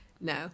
No